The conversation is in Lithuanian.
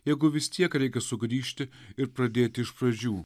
jeigu vis tiek reikia sugrįžti ir pradėti iš pradžių